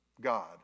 God